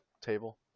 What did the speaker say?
table